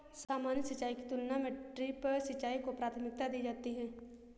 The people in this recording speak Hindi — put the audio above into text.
सामान्य सिंचाई की तुलना में ड्रिप सिंचाई को प्राथमिकता दी जाती है